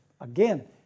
again